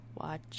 Watch